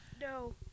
No